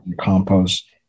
Compost